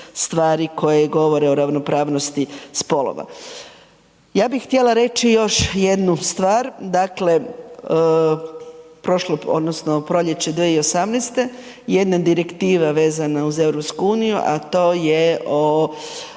stvari koje govore o ravnopravnosti spolova. Ja bih htjela reći još jednu stvar, dakle, prošlo odnosno u proljeće 2018. jedna direktiva vezana uz EU, a to je o